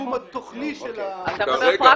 לתחום התוכני של --- אתה מדבר פרקטיקה,